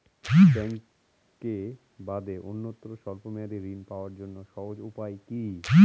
ব্যাঙ্কে বাদে অন্যত্র স্বল্প মেয়াদি ঋণ পাওয়ার জন্য সহজ উপায় কি?